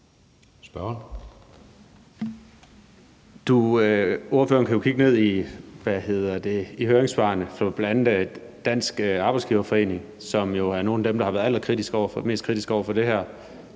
Melson (V): Ordføreren kan jo kigge ned i høringssvarene fra bl.a. Dansk Arbejdsgiverforening, som er nogle af dem, der har været allermest kritisk over for det her.